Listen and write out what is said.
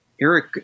Eric